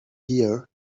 here